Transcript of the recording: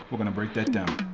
we're gonna break that down.